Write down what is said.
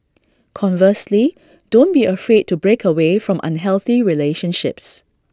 conversely don't be afraid to break away from unhealthy relationships